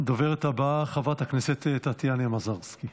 הדוברת הבאה, חברת הכנסת טטיאנה מזרסקי.